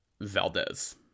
Valdez